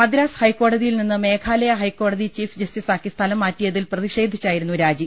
മദ്രാസ് ഹൈക്കോടതിയിൽനിന്ന് മേഘാലയ ഹൈക്കോടതി ചീഫ് ജസ്റ്റിസാക്കി സ്ഥലം മാറ്റിയതിൽ പ്രതി ഷേധിച്ചായിരുന്നു രാജി